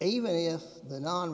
even if the non